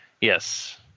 Yes